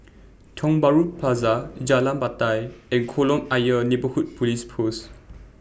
Tiong Bahru Plaza Jalan Batai and Kolam Ayer Neighbourhood Police Post